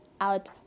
out